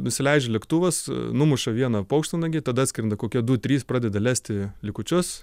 nusileidžia lėktuvas numuša vieną paukštvanagį tada atskrenda kokie du trys pradeda lesti likučius